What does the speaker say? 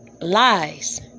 lies